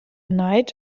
night